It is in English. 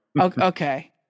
Okay